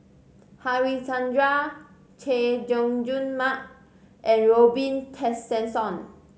Harichandra Chay Jung Jun Mark and Robin Tessensohn